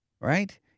right